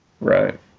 Right